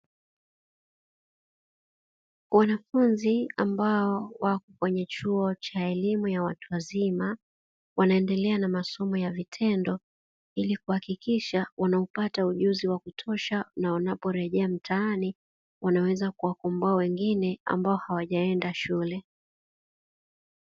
Wanafunzi ambao wako kwenye chuo cha elimu ya watu wazima wanaendelea na masomo ya vitendo, ili kuhakikisha wanaupata ujuzi wa kutosha na wanaporejea mtaani wanaweza kuwakomboa wengine ambao hawajaenda shule.